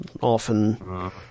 often